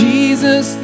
Jesus